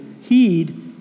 heed